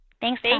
Thanks